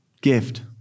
gift